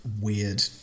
weird